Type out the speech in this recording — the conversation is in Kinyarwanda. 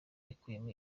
yakuyemo